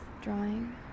drawing